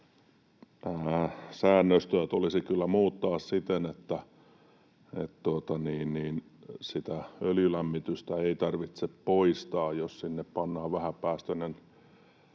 säännöstöä tulisi kyllä muuttaa siten, että sitä öljylämmitystä ei tarvitse poistaa, jos sinne pannaan vähäpäästöinen